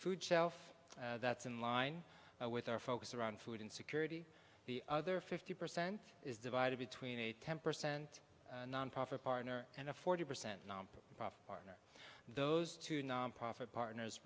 food shelf that's in line with our focus around food insecurity the other fifty percent is divided between a ten percent nonprofit partner and a forty percent nonprofit partner those two nonprofit partners